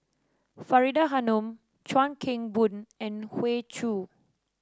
Faridah Hanum Chuan Keng Boon and Hoey Choo